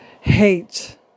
hate